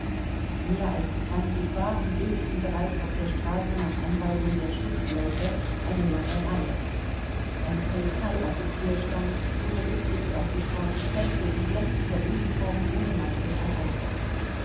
mehr als zwanzig wagen bildeten bereits auf der straße nach anweisung der schutzleute eine lange reihe ein polizeioffizier stand ohne rücksicht auf die starke kälte in glänzender uniform ohne mantel am eingang